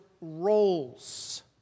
roles